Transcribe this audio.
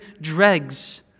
dregs